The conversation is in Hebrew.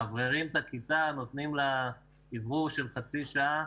מאווררים את הכיתה, נותנים לה אוורור של חצי שעה